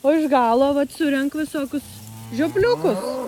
o iš galo vat surenk visokius žiopliukus